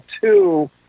two